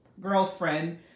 girlfriend